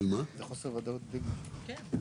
זה חוסר ודאות בלי גמישות.